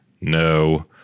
No